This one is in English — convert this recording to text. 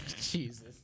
Jesus